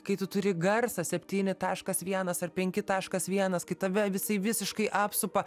kai tu turi garsą septyni taškas vienas ar penki taškas vienas kai tave visi visiškai apsupa